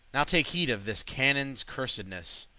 now take heed of this canon's cursedness.